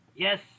Yes